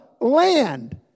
land